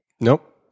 Nope